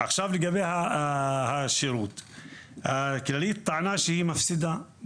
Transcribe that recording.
לגבי השירות, כללית טענה שהיא מפסידה.